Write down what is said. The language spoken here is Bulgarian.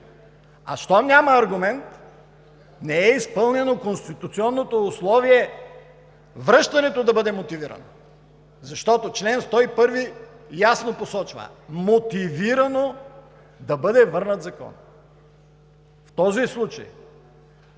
А щом няма аргумент, не е изпълнено конституционното условие връщането да бъде мотивирано. Защото чл. 101 ясно посочва: мотивирано да бъде върнат законът. В този случай